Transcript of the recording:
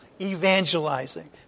Evangelizing